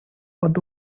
под